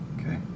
Okay